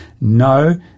no